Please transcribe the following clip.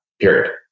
period